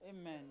Amen